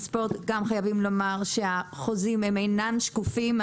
חייבים לומר שהחוזים אינם שקופים.